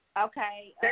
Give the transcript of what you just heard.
Okay